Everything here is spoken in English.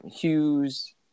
Hughes